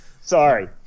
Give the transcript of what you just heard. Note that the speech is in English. Sorry